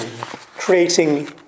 creating